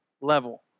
level